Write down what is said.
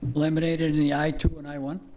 eliminate it in the i two and i one?